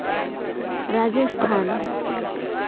Rajasthan